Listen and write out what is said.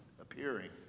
appearing